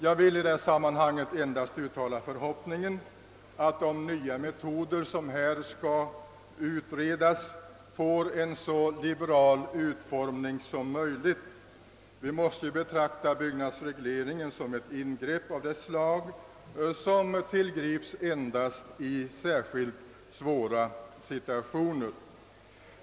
Jag vill i detta sammanhang endast uttala den förhoppningen att de nya metoder som här skall utredas får en så liberal utformning som möjligt. Vi måste betrakta byggnadsregleringen som ett ingrepp av det slag som bör tillgripas endast i särskilt svåra situationer.